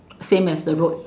same as the road